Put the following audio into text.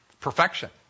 Perfection